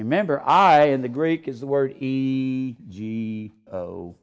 remember i in the greek is the word we g o